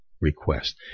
request